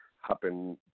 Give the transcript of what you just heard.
happen